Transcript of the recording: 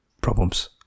problems